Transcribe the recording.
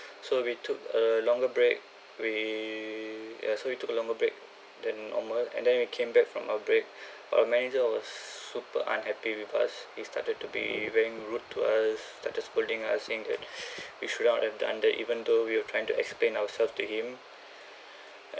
so we took a longer break we ya so you took a longer break than normal and then we came back from our brake our manager was super unhappy with us he started to be very rude to us started scolding us saying that we should not have done that under even though we are trying to explain ourself to him